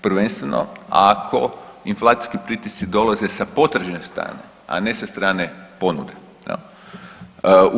Prvenstveno ako inflacijski pritisci dolaze sa potvrđene strane, a ne sa strane ponude jel.